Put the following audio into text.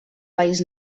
país